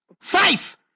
five